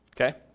Okay